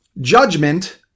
judgment